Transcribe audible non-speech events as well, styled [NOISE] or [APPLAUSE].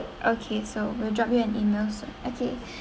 okay so we'll drop you an email soon okay [BREATH]